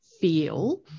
feel